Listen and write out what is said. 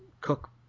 cook